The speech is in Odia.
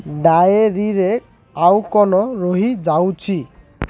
ଡାଏରୀରେ ଆଉ କ'ଣ ରହିଯାଇଛି